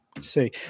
See